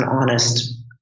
honest